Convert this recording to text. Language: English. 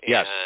Yes